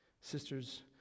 Sisters